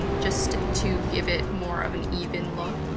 just to give it more of an even look.